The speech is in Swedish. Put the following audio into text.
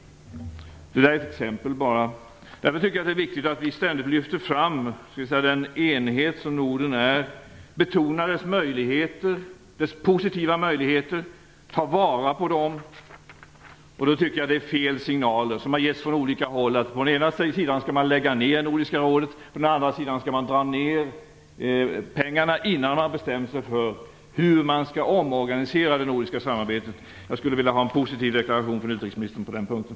Det är bara ett exempel. Därför tycker jag att det är viktigt att vi ständigt lyfter fram den enhet som Norden är, betonar dess positiva möjligheter och tar vara på dem. Då tycker jag att det är fel signaler som har getts från olika håll. Å ena sidan har det sagts att man skall lägga ner Nordiska rådet. Å andra sidan har det sagts att man skall dra in pengarna innan man har bestämt sig för hur man skall omorganisera det nordiska samarbetet. Jag skulle vilja ha en positiv deklaration från utrikesministern på den punkten.